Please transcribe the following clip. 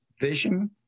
vision